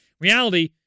Reality